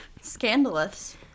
Scandalous